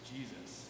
Jesus